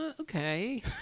Okay